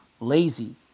lazy